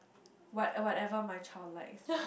what whatever my child likes